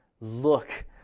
look